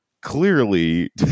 clearly